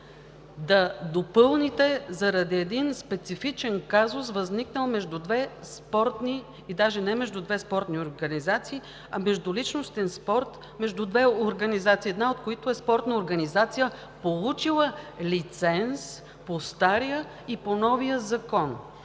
да допълните заради един специфичен казус, възникнал между две спортни организации, а даже не между две спортни организации, а междуличностен спор между две организации, едната от които е спортна организация, получила лиценз по стария и по новия закон.